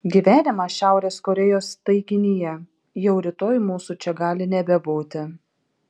gyvenimas šiaurės korėjos taikinyje jau rytoj mūsų čia gali nebebūti